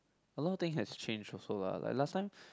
a lot thing has change also lah like last time